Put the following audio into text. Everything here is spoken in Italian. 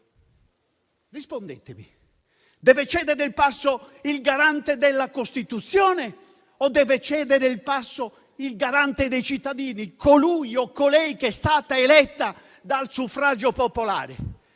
Rispondetemi. Deve cedere il passo il garante della Costituzione o deve cedere il passo il garante dei cittadini, colui o colei che è stata eletta dal suffragio popolare?